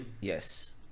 yes